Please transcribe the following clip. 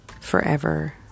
forever